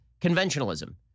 conventionalism